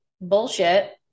bullshit